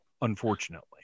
unfortunately